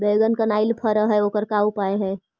बैगन कनाइल फर है ओकर का उपाय है?